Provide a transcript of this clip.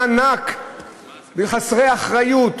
בזבוזי ענק חסרי אחריות,